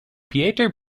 pieter